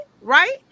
right